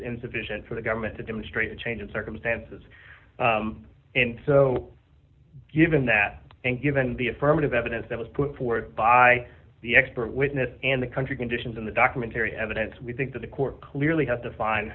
insufficient for the government to demonstrate a change in circumstances and so given that and given the affirmative evidence that was put forward by the expert witness and the country conditions in the documentary evidence we think that the court clearly